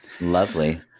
Lovely